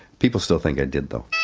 people still think i did, though.